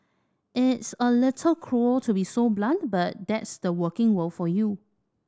it's a little cruel to be so blunt but that's the working world for you